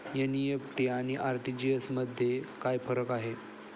NEFT आणि RTGS मध्ये काय फरक आहे?